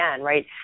right